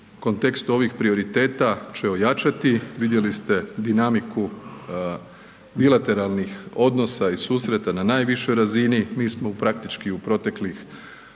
kontekstu ovih prioriteta će ojačati. Vidjeli ste dinamiku bilateralnih odnosa i susreta na najvišoj razini. Mi smo praktički u proteklih